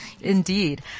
Indeed